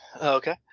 Okay